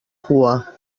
cua